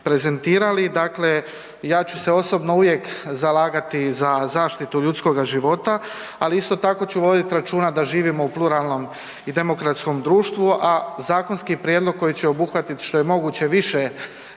prezentirali, dakle ja ću osobno uvijek zalagati za zaštitu ljudskog života ali isto tako ću voditi računa da živimo u pluralnom i demokratskom društvu a zakonski prijedlog koji će obuhvatiti što je moguće više